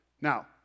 Now